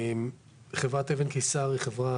חברת אבן קיסר היא חברה